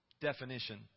definition